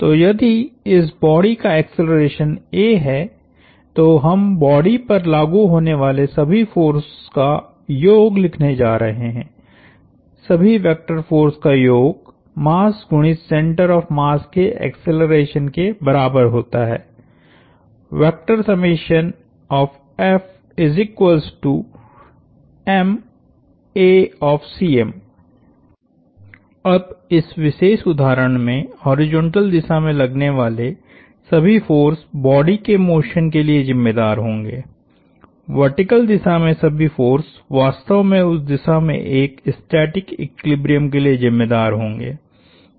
तो यदि इस बॉडी का एक्सेलरेशन a है तो हम बॉडी पर लागु होने वाले सभी फोर्स का योग लिखने जा रहे हैं सभी वेक्टर फोर्स का योग मास गुणित सेंटर ऑफ़ मास के एक्सेलरेशन के बराबर होता है वेक्टर अब इस विशेष उदाहरण में हॉरिजॉन्टल दिशा में लगने वाले सभी फोर्स बॉडी के मोशन के लिए जिम्मेदार होंगे वर्टिकल दिशा में सभी फोर्स वास्तव में उस दिशा में एक स्टैटिक इक्विलिब्रियम के लिए जिम्मेदार होंगे